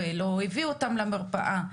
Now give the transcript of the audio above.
ולא הביא אותם למרפאה.